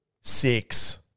six